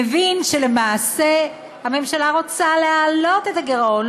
מבין שלמעשה הממשלה רוצה להעלות את הגירעון,